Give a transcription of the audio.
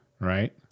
right